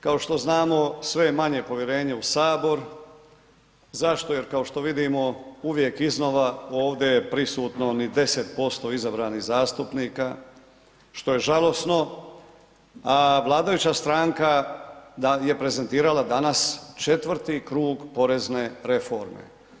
Kao što znamo, sve je manje povjerenje u Sabor, zašto, jer kao što vidimo, uvijek iznova ovdje je prisutno ni 10% izabranih zastupnika što je žalosno a vladajuća stranka je prezentirala danas četvrti krug porezne reforme.